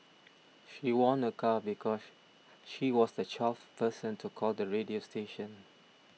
she won a car because she was the twelfth person to call the radio station